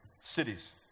cities